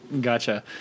Gotcha